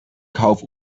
kauf